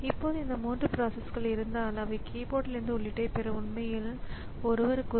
எனவே அங்கே எனக்கு 2 ஸிபியுக்கள் கிடைத்துள்ளன அதனால் குறைந்தபட்சம் இரண்டு ஸிபியுக்கள் இரண்டு வேலைகளை ஒரே நேரத்தில் செய்ய முடியும்